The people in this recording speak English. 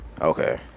okay